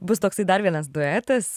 bus toksai dar vienas duetas